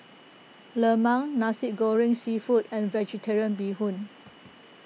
Lemang Nasi Goreng Seafood and Vvegetarian Bee Hoon